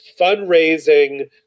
fundraising